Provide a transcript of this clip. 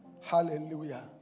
hallelujah